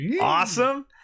awesome